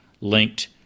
linked